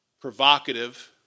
provocative